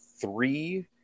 three